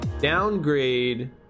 downgrade